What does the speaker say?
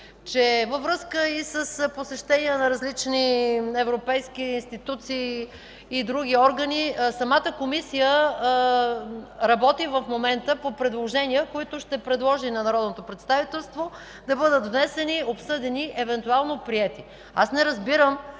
че във връзка с посещение на различни европейски институции и други органи самата Комисия работи в момента по предложения, които ще предложи на народното представителство – да бъдат внесени, обсъдени и евентуално приети. Не разбирам